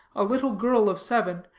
a little girl of seven,